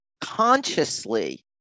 consciously